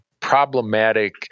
Problematic